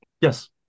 Yes